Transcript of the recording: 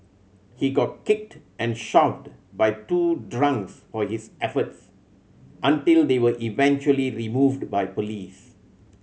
he got kicked and shoved by two drunks for his efforts until they were eventually removed by police